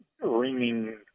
ringing